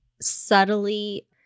subtly